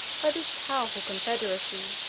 by this powerful confederacy,